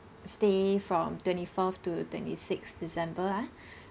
stay from twenty fourth to twenty sixth december ah